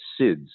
SIDS